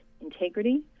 integrity